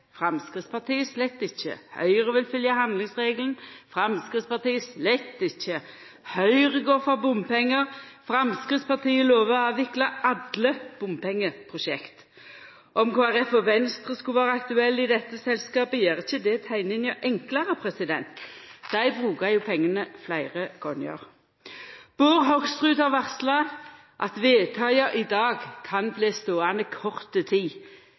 Framstegspartiet slett ikkje. Høgre vil fylgja handlingsregelen – Framstegspartiet slett ikkje. Høgre går for bompengar – Framstegspartiet lover å avvikla alle bompengeprosjekt. Om Kristeleg Folkeparti og Venstre skulle vera aktuelle i dette selskapet, gjer ikkje det teikninga enklare; dei brukar jo pengane fleire gonger. Bård Hoksrud har varsla at vedtaka i dag kan bli ståande i kort tid.